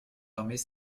armées